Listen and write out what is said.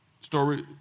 Story